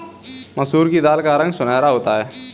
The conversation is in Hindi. मसूर की दाल का रंग सुनहरा होता है